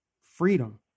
freedom